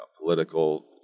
political